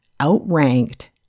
outranked